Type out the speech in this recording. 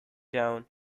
down